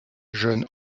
jeune